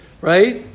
right